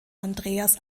andreas